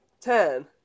Ten